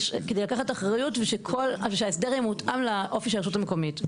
כדי לקחת אחריות ושההסדר יהיה מותאם לאופי של הרשות המקומית.